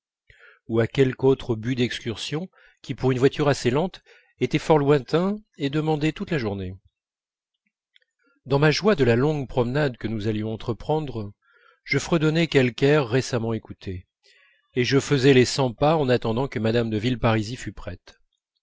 ou à quelque autre but d'excursion qui pour une voiture assez lente était fort lointain et demandait toute la journée dans ma joie de la longue promenade que nous allions entreprendre je fredonnais quelque air récemment écouté et je faisais les cent pas en attendant que mme de villeparisis fût prête